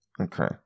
Okay